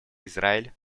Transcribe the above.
израиль